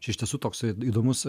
čia iš tiesų toksai d įdomus